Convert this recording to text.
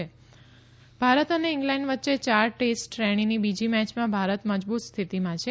cricket match ભારત અને England વચ્ચે યાર ટેસ્ટ શ્રેણીની બીજી મેચમાં ભારત મજબુત સ્થિતિમાં છે